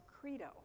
Credo